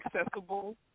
accessible